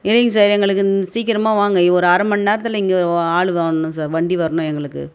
இல்லைங்க சார் எங்களுக்கு சீக்கிரமாக வாங்க இ ஒரு அரை மணிநேரத்துல இங்கே ஆள் வரணும் சார் வண்டி வரணும் எங்களுக்கு